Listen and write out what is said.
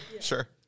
Sure